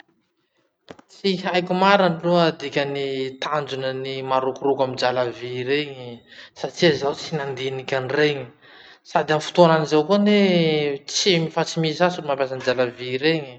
Tsy haiko marina aloha dikan'ny tanjonan'ny marokoroko amy drala vy reny, satria zaho tsy nandiniky any regny. Sady amy fotoa henany zao koa anie tsy m- fa tsy misy sasy olo mampiasa any drala vy regny.